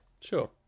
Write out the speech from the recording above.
sure